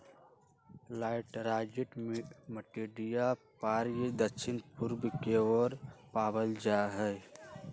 laterite मटिया प्रायः दक्षिण पूर्व के ओर पावल जाहई